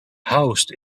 housed